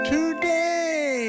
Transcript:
Today